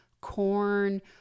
corn